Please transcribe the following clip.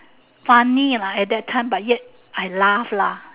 funny lah at that time but yet I laugh lah